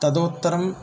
तदोत्तरम्